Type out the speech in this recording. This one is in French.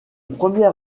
première